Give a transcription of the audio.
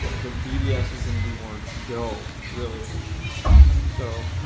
the bds is gonna be more go, really. so,